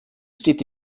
steht